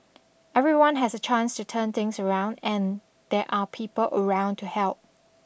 everyone has a chance to turn things around and there are people around to help